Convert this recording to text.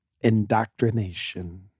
Indoctrination